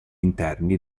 interni